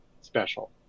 special